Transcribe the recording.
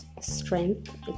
strength